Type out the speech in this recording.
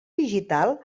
digital